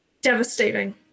Devastating